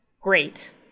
Great